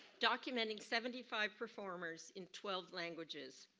documenting seventy five performers in twelve languages.